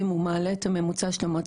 תודה לך, מירב.